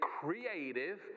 creative